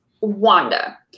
Wanda